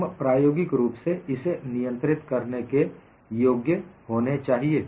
हम प्रायोगिक रूप से इसे नियंत्रित करने के योग्य होने चाहिए